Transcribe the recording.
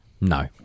No